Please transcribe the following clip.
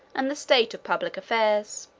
and the state of public affairs.